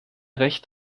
recht